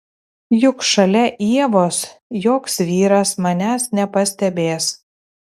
juk šalia ievos joks vyras manęs nepastebės